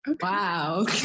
wow